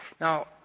now